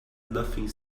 nothing